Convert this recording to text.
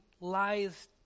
lies